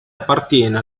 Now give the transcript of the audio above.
appartiene